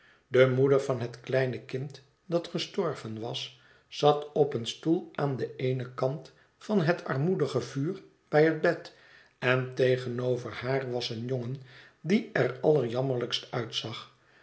de moeder van het kleine kind dat gestorven was zat op een stoel aan den eenen kant van het armoedige vuur bij het bed en tegenover haar was een jongen die er allerjammerlijkst uitzag